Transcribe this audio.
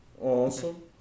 Awesome